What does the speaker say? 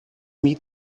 meet